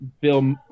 Bill